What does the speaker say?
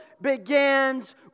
begins